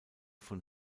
von